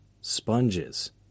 sponges